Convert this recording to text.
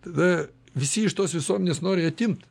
tada visi iš tos visuomenės nori atimt